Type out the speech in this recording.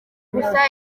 gusa